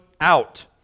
out